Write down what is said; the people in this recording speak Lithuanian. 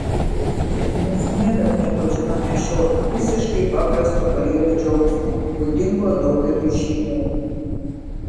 mes niekad nepažinome šio visiškai paprasto kalėdų džiaugsmo būdingo daugeliui šeimų